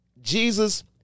Jesus